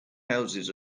houses